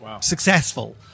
successful